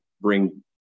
bring